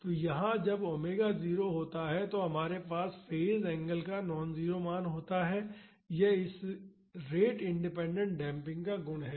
तो यहां जब ओमेगा 0 होता है तो हमारे पास फेज़ एंगल का नॉन जीरो मान होता है यह इस रेट इंडिपेंडेंट डेम्पिंग का गुण है